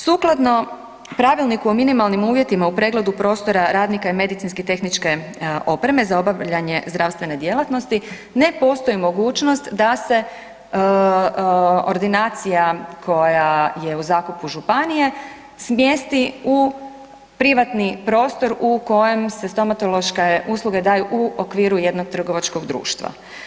Sukladno Pravilniku o minimalnim uvjetima u pregledu prostora radnika i medicinske tehničke opreme za obavljanje zdravstvene djelatnosti, ne postoji mogućnost da se ordinacija koja je u zakupu županije smjesti u privatni prostor u kojem se stomatološke usluge daju u okviru jednog trgovačkog društva.